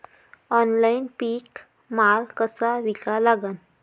Online पीक माल कसा विका लागन?